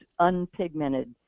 unpigmented